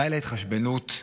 די להתחשבנות,